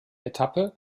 etappe